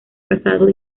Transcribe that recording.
casado